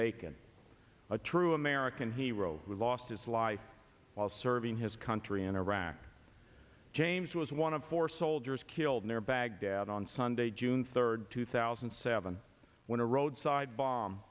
taken a true american hero with lost his life while serving his country in iraq james was one of four soldiers killed near baghdad on sunday june third two thousand and seven when a roadside bomb